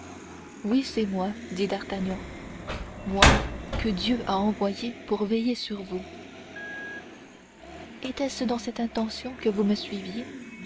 oui c'est moi dit d'artagnan moi que dieu a envoyé pour veiller sur vous était-ce dans cette intention que vous me suiviez